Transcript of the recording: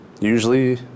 usually